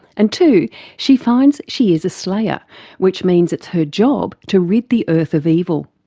and two she finds she is a slayer which means it's her job to rid the earth of evil.